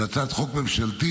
זו הצעת חוק ממשלתית